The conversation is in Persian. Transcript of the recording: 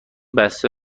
بسته